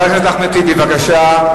מה אתה אומר על, חבר הכנסת אחמד טיבי, בבקשה.